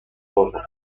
social